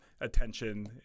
attention